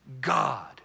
God